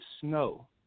snow